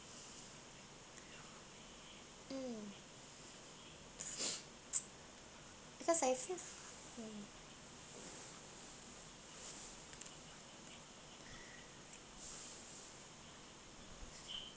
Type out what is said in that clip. mm because I feel mm